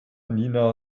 nina